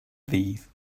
these